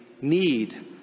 need